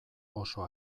oso